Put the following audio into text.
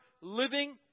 living